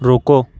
روکو